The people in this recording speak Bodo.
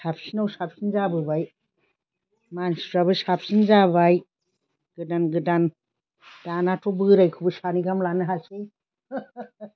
साबसिनाव साबसिन जाबोबाय मानसिफ्राबो साबसिन जाबाय गोदान गोदान दानाथ' बोराइखौबो सानै गाहाम लानो हासै